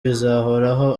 bizahoraho